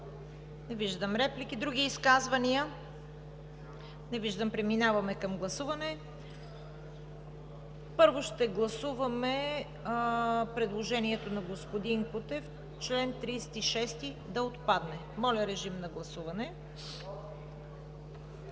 Не виждам. Други изказвания? Не виждам. Преминаваме към гласуване. Първо ще гласуваме предложението на господин Кутев – чл. 36 да отпадне. Гласували